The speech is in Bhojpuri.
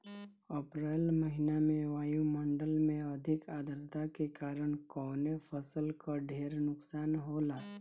अप्रैल महिना में वायु मंडल में अधिक आद्रता के कारण कवने फसल क ढेर नुकसान होला?